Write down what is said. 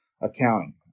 accounting